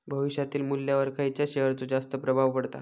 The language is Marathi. भविष्यातील मुल्ल्यावर खयच्या शेयरचो जास्त प्रभाव पडता?